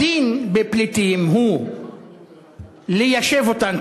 הדין בפליטים הוא ליישב אותם,